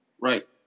Right